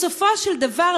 בסופו של דבר,